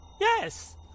Yes